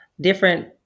different